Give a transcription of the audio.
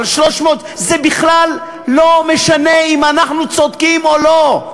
על 300. זה בכלל לא משנה אם אנחנו צודקים או לא.